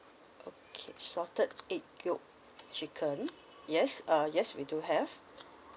okay salted egg yolk chicken yes uh yes we do have